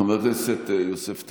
חבר הכנסת יוסף טייב,